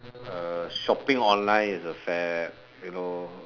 uh shopping online is a fad you know